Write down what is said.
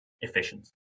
efficient